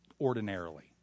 Ordinarily